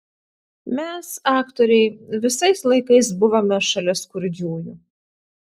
mes aktoriai visais laikais buvome šalia skurdžiųjų